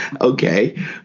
Okay